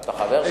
אתה חבר שם?